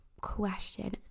question